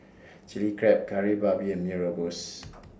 Chilli Crab Kari Babi and Mee Rebus